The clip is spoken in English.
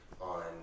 on